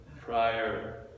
prior